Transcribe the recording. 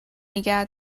نیگه